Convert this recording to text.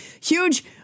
huge